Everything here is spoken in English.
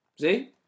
See